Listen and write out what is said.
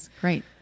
Great